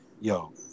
yo